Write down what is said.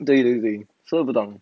对对对看不到